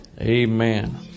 Amen